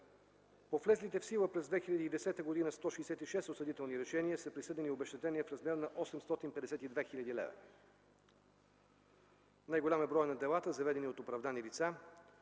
По влезлите в сила през 2010 г. 166 осъдителни решения са присъдени обезщетения в размер на 852 хил. лв. Най-голям е броят на делата, заведени от оправдани лица.